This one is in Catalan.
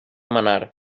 manar